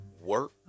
work